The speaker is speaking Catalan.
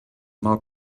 mal